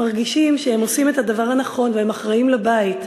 מרגישים שהם עושים את הדבר הנכון והם אחראים לבית.